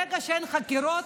ברגע שאין חקירות,